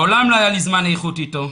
מעולם לא היה לי זמן איכות איתו,